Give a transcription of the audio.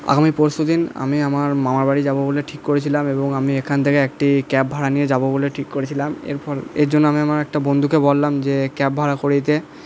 আমি পরশু দিন আমি আমার মামার বাড়ি যাবো বলে ঠিক করেছিলাম এবং আমি এখান থেকে একটি ক্যাব ভাড়া নিয়ে যাবো বলে ঠিক করেছিলাম এর জন্য আমি আমার একটা বন্ধুকে বললাম যে ক্যাব ভাড়া করে দিতে